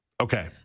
Okay